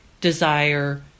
desire